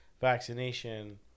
vaccination